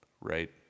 Right